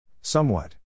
Somewhat